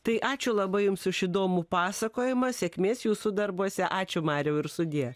tai ačiū labai jums už įdomų pasakojimą sėkmės jūsų darbuose ačiū mariau ir sudie